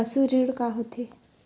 पशु ऋण का होथे?